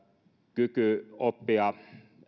kyky oppia